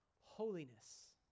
holiness